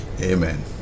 amen